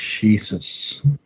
Jesus